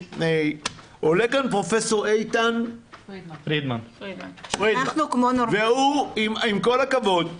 עולה כאן פרופ' איתן פרידמן והוא, עם כל הכבוד,